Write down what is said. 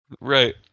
Right